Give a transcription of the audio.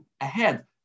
ahead